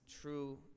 true